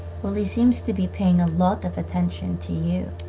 well, he seems to be paying a lot of attention to you.